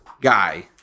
guy